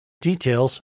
Details